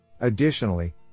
Additionally